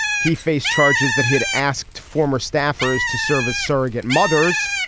he faced charges that he had asked former staffers to serve as surrogate mothers.